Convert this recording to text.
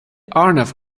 arnav